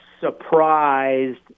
surprised